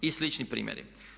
I slični primjeri.